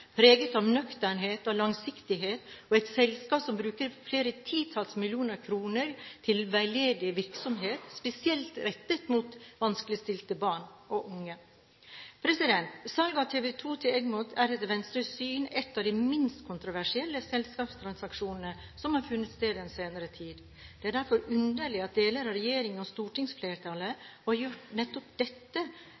preget av nøkternhet og langsiktighet, og det er et selskap som bruker flere titalls millioner kroner til veldedig virksomhet, spesielt rettet mot vanskeligstilte barn og unge. Salget av TV 2 til Egmont er etter Venstres syn en av de minst kontroversielle selskapstransaksjonene som har funnet sted den senere tid. Det er derfor underlig at deler av regjering og